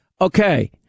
Okay